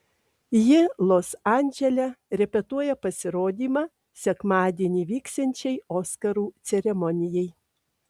ji los andžele repetuoja pasirodymą sekmadienį vyksiančiai oskarų ceremonijai